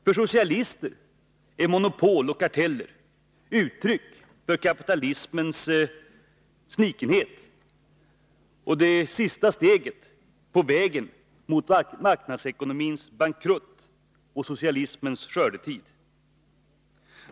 För socialister är monopol och karteller uttryck för kapitalismens snikenhet och det sista steget på vägen mot marknadsekonomins bankrutt och socialismens skördetid.